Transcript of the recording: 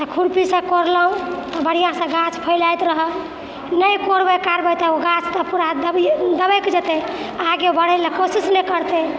तऽ खुरपीसँ कोड़लहुँ बढ़िआँसँ गाछ फैलैत रहल नहि कोड़बै काड़बै तऽ गाछ तऽ पूरा दबिए दबैक जेतै आगे बढ़ैलए कोशिश नहि करतै